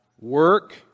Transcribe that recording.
work